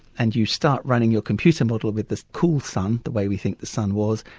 and you start running your computer model with the cool sun, the way we think the sun was,